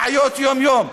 את בעיות היום-יום,